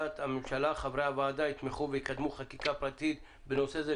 חברי הוועדה יתמכו ויקדמו חקיקה פרטית בנושא זה,